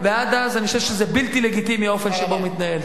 ועד אז אני חושב שזה בלתי לגיטימי האופן שבו הוא מתנהל.